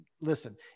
listen